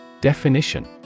Definition